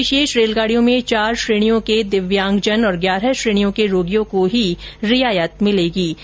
इन विशेष रेलगाडियों में चार श्रेणियों के दिव्यांगजन और ग्यारह श्रेणियों के रोगियों को ही रियायत मिलेगी